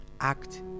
act